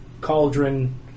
Cauldron